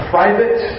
Private